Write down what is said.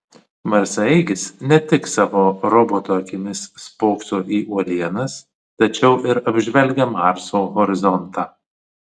marsaeigis ne tik savo roboto akimis spokso į uolienas tačiau ir apžvelgia marso horizontą